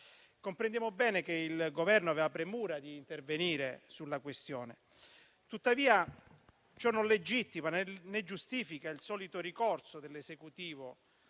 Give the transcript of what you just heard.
Comprendiamo bene che il Governo aveva premura di intervenire sulla questione. Tuttavia ciò non legittima, né giustifica il solito ricorso dell'Esecutivo